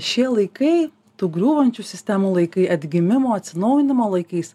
šie laikai tų griūvančių sistemų laikai atgimimo atsinaujinimo laikais